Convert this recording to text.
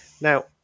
Now